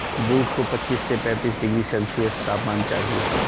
jute को पच्चीस से पैंतीस डिग्री सेल्सियस तापमान चाहिए